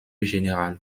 général